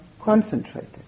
concentrated